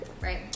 right